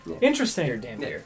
Interesting